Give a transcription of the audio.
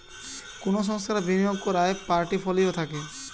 কুনো সংস্থার বিনিয়োগ কোরার পোর্টফোলিও থাকে